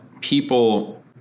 people